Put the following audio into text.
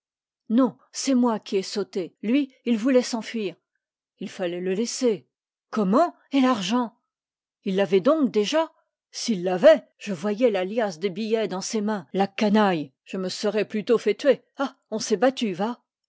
non c'est moi qui ai sauté lui il voulait s'enfuir il fallait le laisser comment et l'argent il l'avait donc déjà s'il l'avait je voyais la liasse des billets dans ses mains la canaille je me serais plutôt fait tuer ah on s'est battu va